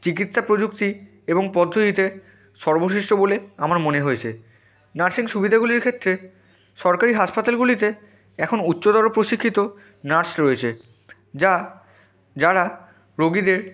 চিকিৎসা প্রযুক্তি এবং পদ্ধতিতে সর্বশ্রেষ্ঠ বলে আমার মনে হয়েছে নার্সিং সুবিধেগুলির ক্ষেত্রে সরকারি হাসপাতালগুলিতে এখন উচ্চতর প্রশিক্ষিত নার্স রয়েছে যা যারা রোগীদের